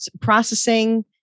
processing